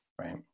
right